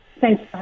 Thanks